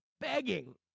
begging